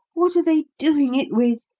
what are they doing it with?